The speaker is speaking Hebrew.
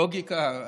לוגיקה.